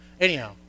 Anyhow